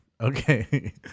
Okay